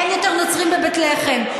אין יותר נוצרים בבית לחם,